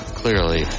clearly